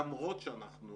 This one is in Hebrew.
למרות שאנחנו